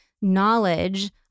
knowledge